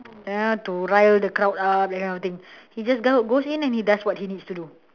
you know to rile the crowd up that kind of thing he just goes in and does what he needs to do